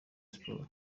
sports